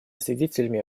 свидетелями